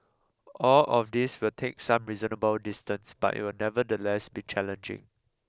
all of these will take some reasonable distance but it will nevertheless be challenging